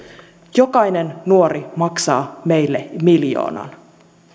jokainen nuori maksaa meille miljoonan